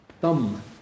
thumb